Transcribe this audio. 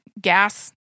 gas